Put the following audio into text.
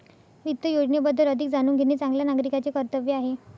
वित्त योजनेबद्दल अधिक जाणून घेणे चांगल्या नागरिकाचे कर्तव्य आहे